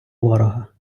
ворога